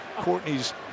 Courtney's